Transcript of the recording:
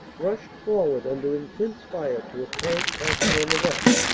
rushed forward under intense fire to a tank passing on the left.